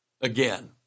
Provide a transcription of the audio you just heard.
Again